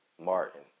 Martin